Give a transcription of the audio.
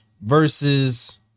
versus